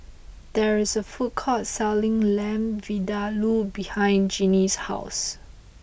there is a food court selling Lamb Vindaloo behind Jeanine's house